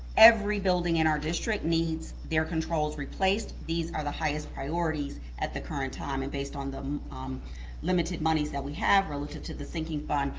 every building in our district needs their controls replaced. these are the highest priorities at the current time. and based on the limited monies that we have relative to the sinking fund,